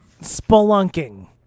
Spelunking